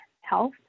health